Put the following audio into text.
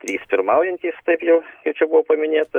trys pirmaujantys taip jau kaip čia buvo paminėta